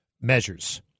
measures